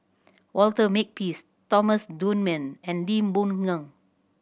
Walter Makepeace Thomas Dunman and Lee Boon Ngan